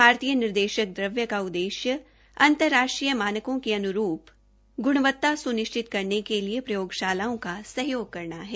भारतीय निर्देशक द्रव्य का उद्देश्य अंतर्राष्ट्रय मानकों के अन्रूप गुण्वत्ता सुनिश्चित करने के लिए प्रयोगशालाओं का सहयोग करना है